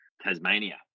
Tasmania